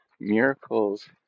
miracles